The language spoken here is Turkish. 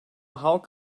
halk